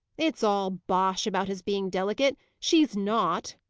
it's all bosh about his being delicate. she's not,